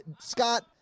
Scott